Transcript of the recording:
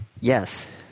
Yes